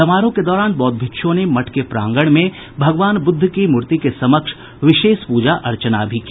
समारोह के दौरान बौद्ध भिक्षुओं ने मठ के प्रांगण में भगवान बुद्ध की मूर्ति के समक्ष विशेष प्रजा अर्चना भी की